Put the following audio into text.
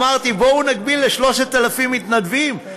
אמרתי: בואו נגביל ל-3,000 מתנדבים,